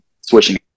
switching